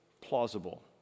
plausible